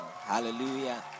Hallelujah